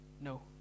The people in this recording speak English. No